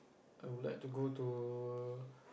I would like to go to